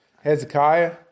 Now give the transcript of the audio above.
Hezekiah